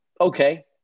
okay